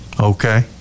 Okay